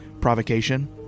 provocation